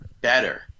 better